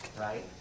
right